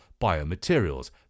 biomaterials